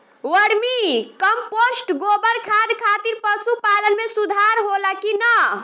Vermi compost गोबर खाद खातिर पशु पालन में सुधार होला कि न?